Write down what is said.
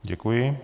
Děkuji.